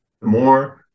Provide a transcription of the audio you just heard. more